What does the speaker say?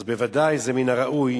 אז בוודאי זה מן הראוי,